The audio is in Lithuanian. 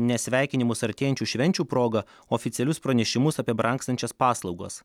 ne sveikinimus artėjančių švenčių proga oficialius pranešimus apie brangstančias paslaugos